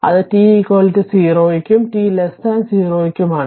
അത് t 0 ക്കും t 0 ക്കും ആണ്